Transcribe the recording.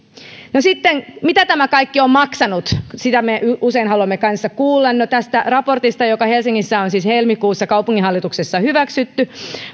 no sitten mitä tämä kaikki on maksanut sitä me usein haluamme kanssa kuulla no tästä raportista joka helsingissä on siis helmikuussa kaupunginhallituksessa hyväksytty